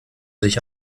sich